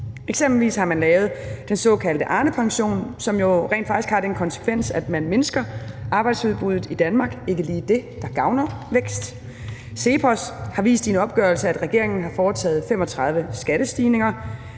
Eksempelvis har man lavet den såkaldte Arnepension, som jo rent faktisk har den konsekvens, at man mindsker arbejdsudbuddet i Danmark – ikke lige det, der gavner væksten. CEPOS har vist i en opgørelse, at regeringen har foretaget 35 skattestigninger,